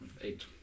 eight